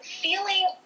feeling